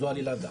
זה עלילת דם.